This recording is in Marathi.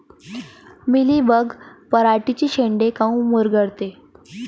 मिलीबग पराटीचे चे शेंडे काऊन मुरगळते?